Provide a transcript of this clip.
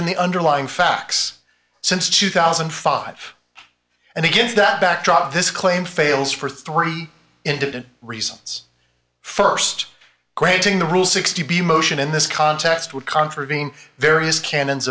in the underlying facts since two thousand and five and against that backdrop this claim fails for three independent reasons st granting the rule sixty b motion in this context would contravene various canons